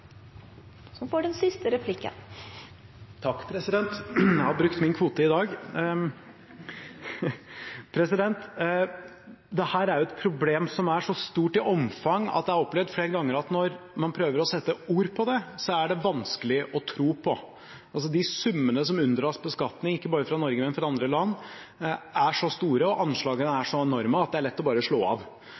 Valen får den siste replikken. Takk, president, jeg har brukt min kvote i dag! Dette er et problem som er så stort i omfang at jeg flere ganger har opplevd at når man prøver å sette ord på det, er det vanskelig å tro på. De summene som unndras beskatning, ikke bare fra Norge, men fra andre land, er så store og anslagene så enorme at det er lett bare å slå av.